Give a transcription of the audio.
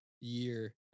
year